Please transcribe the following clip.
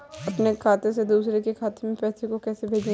अपने खाते से दूसरे के खाते में पैसे को कैसे भेजे?